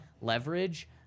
leverage